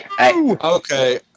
Okay